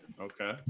Okay